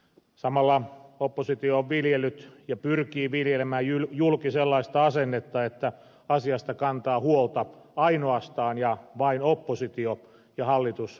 samalla oppositio on viljellyt ja pyrkii viljelemään julki sellaista asennetta että asiasta kantaa huolta ainoastaan ja vain oppositio ja hallitus vähättelee sitä